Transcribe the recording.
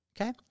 Okay